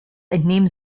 entnehmen